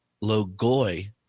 Logoi